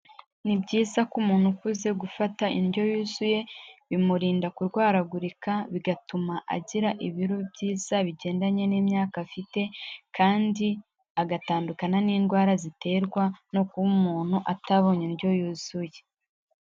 Ni byiza ko umuntu ukuze gufata indyo yuzuye, bimurinda kurwaragurika, bigatuma agira ibiro byiza bigendanye n'imyaka afite kandi agatandukana n'indwara ziterwa no kuba umuntu atabonye indyo yuzuye.